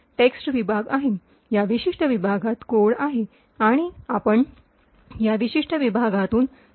text विभाग आहे या विशिष्ट विभागात कोड आहे आणि आपण या विशिष्टविभागातून कार्यवाही करत आहात